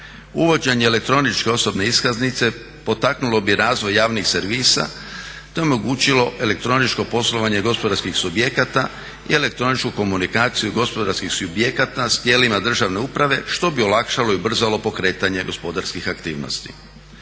Uvođenje elektroničke osobne iskaznice potaknulo bi razvoj javnih servisa, te omogućilo elektroničko poslovanje gospodarskih subjekata i elektroničku komunikaciju gospodarskih subjekata s tijelima državne uprave što bi olakšalo i ubrzalo pokretanje gospodarskih aktivnosti.